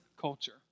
culture